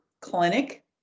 clinic